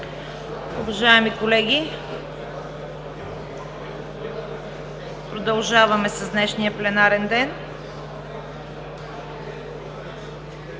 Уважаеми колеги, продължаваме с днешния пленарен ден.